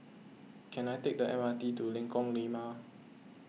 can I take the M R T to Lengkok Lima